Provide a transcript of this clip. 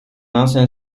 ancien